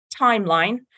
timeline